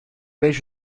beş